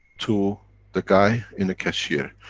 to the guy in a cashier.